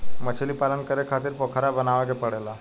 मछलीपालन करे खातिर पोखरा बनावे के पड़ेला